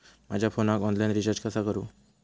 माझ्या फोनाक online recharge कसा करू?